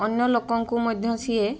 ଅନ୍ୟଲୋକଙ୍କୁ ମଧ୍ୟ ସିଏ